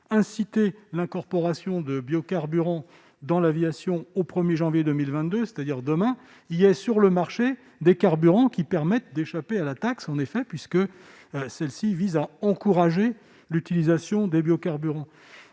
inciter l'incorporation de biocarburants dans l'aviation, au 1er janvier 2022, c'est-à-dire demain, il y a sur le marché des carburants qui permettent d'échapper à la taxe, en effet, puisque celle-ci vise à encourager l'utilisation des biocarburants